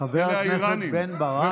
חבר הכנסת בן ברק.